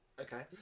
Okay